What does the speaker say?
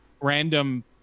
random